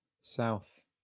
South